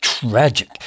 Tragic